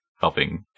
Helping